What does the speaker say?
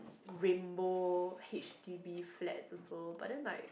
rainbow H_D_B flats also but then like